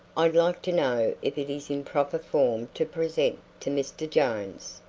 i'd like to know if it is in proper form to present to mr. jones.